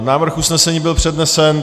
Návrh usnesení byl přednesen.